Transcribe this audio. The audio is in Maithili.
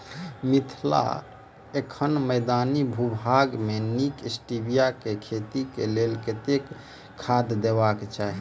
मिथिला एखन मैदानी भूभाग मे नीक स्टीबिया केँ खेती केँ लेल कतेक कतेक खाद देबाक चाहि?